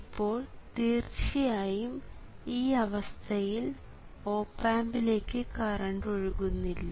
ഇപ്പോൾ തീർച്ചയായും ഈ അവസ്ഥയിൽ ഓപ് ആമ്പിലേക്ക് കറണ്ട് ഒഴുകുന്നില്ല